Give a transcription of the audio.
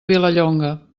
vilallonga